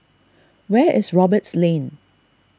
where is Roberts Lane